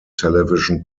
television